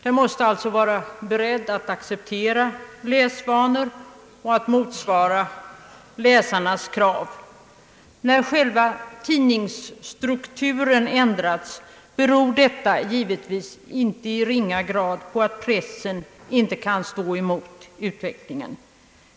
Den måste alltså vara beredd att acceptera läsvanor och att motsvara läsarnas krav. När själva tidningsstrukturen ändras beror detta givetvis i inte ringa grad på att pressen inte kan stå emot utvecklingen.